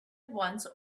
once